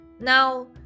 Now